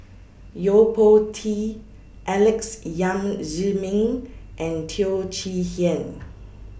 Yo Po Tee Alex Yam Ziming and Teo Chee Hean